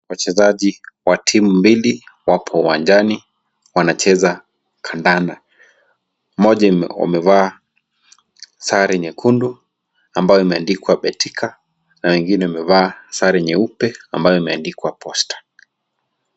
Wachezaji wa timu mbili, wapo uwanjani, wanacheza kandanda. Mmoja amevaa sare nyekundu ambayo imendikwa Betika, na wengine wamevaa sare nyeupe, ambayo imendikwa Posta.